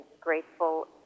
grateful